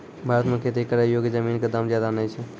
भारत मॅ खेती करै योग्य जमीन कॅ दाम ज्यादा नय छै